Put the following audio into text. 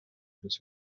das